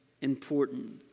important